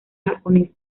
japonesa